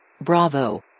Bravo